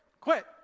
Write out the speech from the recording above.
quit